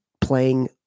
playing